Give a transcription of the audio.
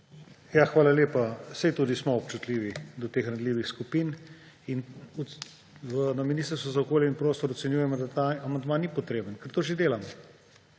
Hvala lepa. Saj tudi smo občutljivi do teh ranljivih skupin in na Ministrstvu za okolje in prostor ocenjujemo, da ta amandma ni potreben, ker to že delamo.